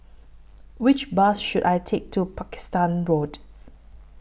Which Bus should I Take to Pakistan Road